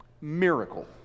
miracle